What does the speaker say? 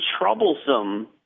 troublesome